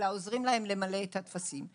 אלא עוזרים להם למלא את הטפסים.